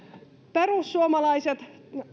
perussuomalaiset